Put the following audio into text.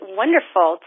wonderful